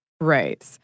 Right